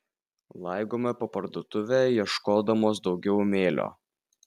laigome po parduotuvę ieškodamos daugiau mėlio